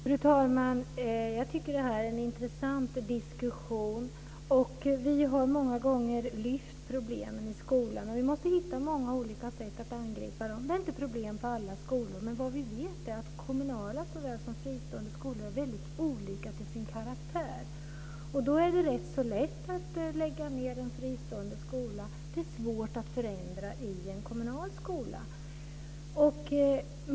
Fru talman! Jag tycker att det här är en intressant diskussion. Vi har många gånger lyft fram problemen i skolan, och vi måste hitta många olika sätt att angripa dem. Det är inte problem på alla skolor, men vad vi vet är att kommunala såväl som fristående skolor är väldigt olika till sin karaktär. Då är det rätt lätt att lägga ned en fristående skola, medan det är svårt att förändra i en kommunal skola.